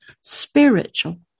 spiritual